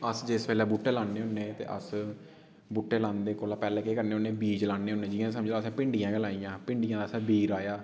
अस जेस बैल्ले बूह्टे लान्ने होन्ने ते अस बूह्टे लांदे कोला पैह्लें केह् करने होन्नें बीज लान्ने होन्ने जियां समझो असें भिंन्डियां गै लाइयां भिन्डियां असें बीऽ राहेआ